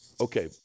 Okay